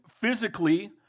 physically